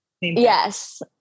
Yes